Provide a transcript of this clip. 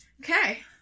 Okay